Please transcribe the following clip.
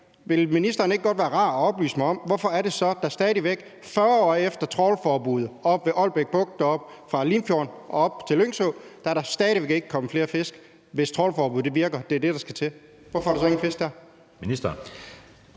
vil ministeren så ikke godt være rar at oplyse mig om, hvorfor det så er, at der stadig væk 40 år efter trawlforbuddet oppe ved Ålbæk Bugt, fra Limfjorden og op til Lyngså, ikke er kommet flere fisk? Hvis trawlforbuddet virker og det er det, der skal til, hvorfor er der så ingen fisk der?